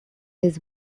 his